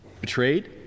Betrayed